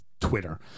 twitter